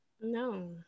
No